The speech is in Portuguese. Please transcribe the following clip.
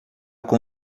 com